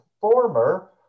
former